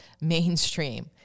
mainstream